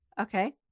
Okay